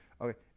okay